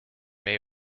may